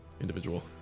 individual